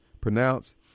pronounced